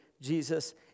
Jesus